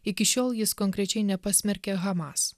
iki šiol jis konkrečiai nepasmerkė hamas